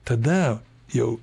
tada jau